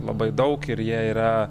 labai daug ir jie yra